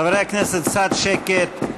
חברי הכנסת, קצת שקט.